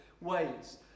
ways